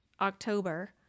October